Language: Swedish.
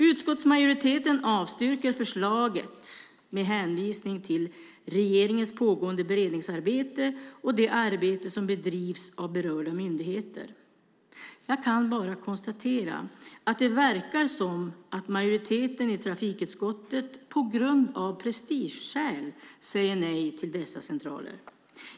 Utskottsmajoriteten avstyrker förslaget med hänvisning till regeringens pågående beredningsarbete och det arbete som bedrivs av berörda myndigheter. Jag kan bara konstatera att det verkar som om majoriteten i trafikutskottet på grund av prestigeskäl säger nej till dessa centraler.